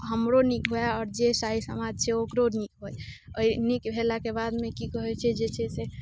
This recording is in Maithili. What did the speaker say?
हमरो नीक हुए आओर जे सर समाज छै ओकरो नीक हुए ओहि नीक भेलाके बाद की कहैत छै जे छै से